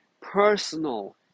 personal